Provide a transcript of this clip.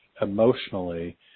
emotionally